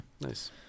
Nice